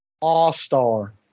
All-star